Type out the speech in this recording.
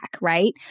right